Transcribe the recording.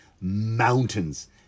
mountains